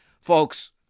Folks